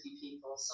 people